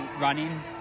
running